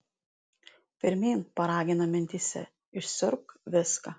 pirmyn paragino mintyse išsiurbk viską